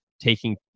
taking